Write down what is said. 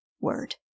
word